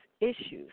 issues